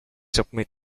submit